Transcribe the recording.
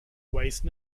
waste